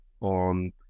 on